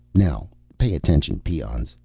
now pay attention, peons.